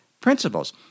principles